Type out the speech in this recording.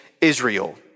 Israel